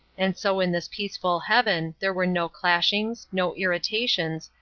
and so in this peaceful heaven there were no clashings, no irritations,